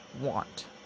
want